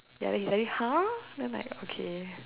ya then he suddenly !huh! then I like okay